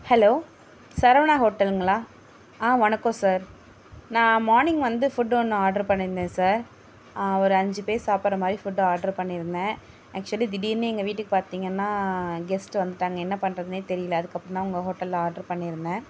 hello Saravana ஹோட்டலுங்களா வணக்கம் sir நா மார்னிங் வந்து ஃபுட் ஒன்று ஆர்டர் பண்ணியீருந்தேன் சார் ஒரு அஞ்சு பேர் சாப்பிட்ற மாதிரி ஃபுட் ஆர்டர் பண்ணியிருந்தேன் ஆக்சுவலி திடீரெனு எங்கள் வீட்டுக்கு பார்த்தீங்கன்னா கெஸ்ட் வந்துவிட்டாங்க என்ன பண்ணுறதுன்னே தெரியலை அதுக்கப்புறம்தான் உங்கள் ஹோட்டலில் ஆர்டர் பண்ணியிருந்தேன்